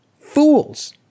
Fools